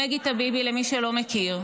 מגי טביבי, למי שלא מכיר,